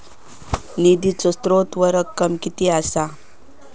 निधीचो स्त्रोत व रक्कम कीती असा?